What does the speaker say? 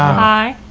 hi.